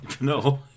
No